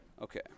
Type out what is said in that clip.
okay